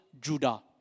Judah